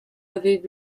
aviv